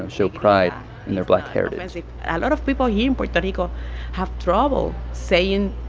show pride in their black heritage a lot of people here in puerto rico have trouble saying.